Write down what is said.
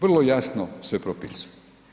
Vrlo jasno se propisuje.